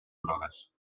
grogues